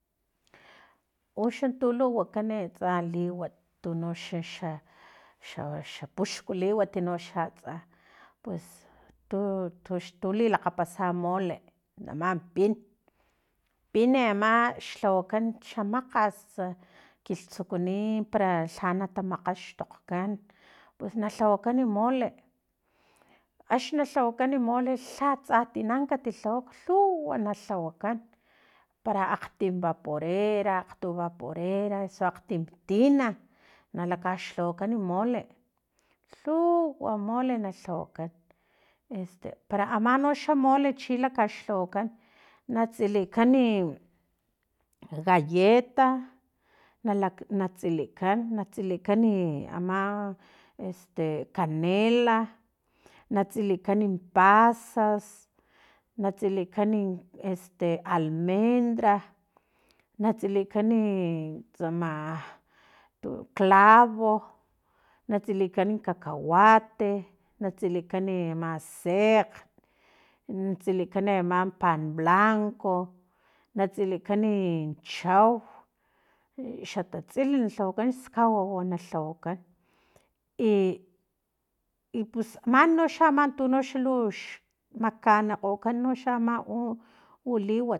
Uxatu lu wakan etsa liwat tuno xa xa xa xapuxkut liwat noxa atsa pues tu tulilakgapasa mole ama pin pin ama xlhawakan xa mkgast kilhtsukuni para lha nata makgastokgkan pus nalhawakan mole axna lhawakan mole lhatsa tina ka ti lhawak lhuw na lhawakan para akgtim baporera akgtu boporera osu akgtim tina nalakaxlhawakan mole lhuwa mole na lhawakan esta para ama noxa mole chi lakaxlhawakan na tsilikan e galleta na tsilikan natsilikan ama este canela natsilikan pasas natsilikan este almendra natsilikan i tsama clavo natsilikan cacahuate na tsilikan ama sekgn na tsilikan ama panblanco natsilikani chau xa tatsili lhawakan skawau na lhawakan i pus nami no xa ama tunoxa lu xmakanikgokan unoxa ama liwat